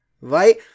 right